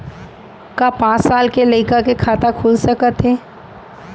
का पाँच साल के लइका के खाता खुल सकथे?